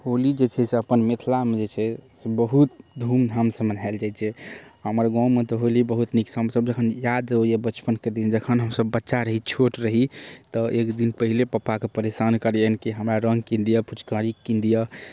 होली जे छै अपन मिथलामे जे छै बहुत धूम धाम सऽ मनायल जाइ छै हमर गाँवमे तऽ होली बहुत नीक ठाम सऽ जखन याद अबैया बचपनके दिन जखन हमसब बच्चा रही छोट रही तऽ एक दिन पहिले पप्पाके परेशान करियनि कि हमरा रङ्ग किन दिअ फुचकारी कीन दिअ